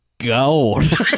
Gold